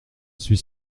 suis